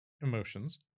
emotions